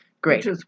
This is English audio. great